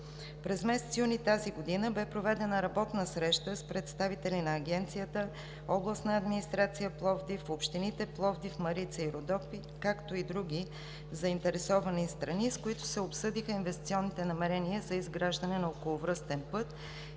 През месец юни тази година бе проведена работна среща с представители на Агенцията, областната администрация на област Пловдив, общините Пловдив, Марица и Родопи, както и други заинтересовани страни, с които се обсъдиха инвестиционните намерения за изграждане на околовръстен път